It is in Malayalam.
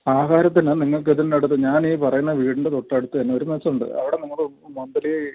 ആഹാരത്തിന് നിങ്ങൾക്ക് ഇതിന്റെ അടുത്ത് ഞാൻ ഈ പറയുന്ന വീടിൻ്റെ തൊട്ടടുത്ത് തന്നെ ഒരു മെസുണ്ട് അവിടെ നിങ്ങൾ മന്ത്ലി